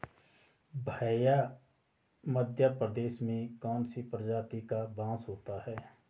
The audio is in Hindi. भैया मध्य प्रदेश में कौन सी प्रजाति का बांस होता है?